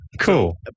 Cool